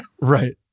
Right